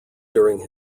during